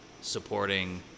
supporting